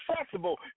accessible